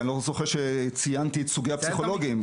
כי אני לא זוכר שציינתי את סוגיית הפסיכולוגים.